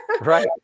Right